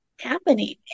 happening